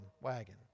Wagon